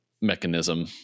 mechanism